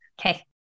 Okay